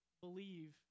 believe